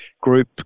group